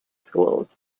schools